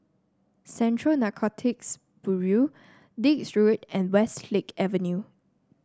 Central Narcotics Bureau Dix Road and Westlake Avenue